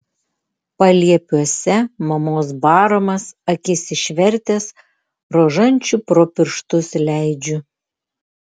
paliepiuose mamos baramas akis išvertęs rožančių pro pirštus leidžiu